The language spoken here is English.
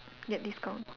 get discount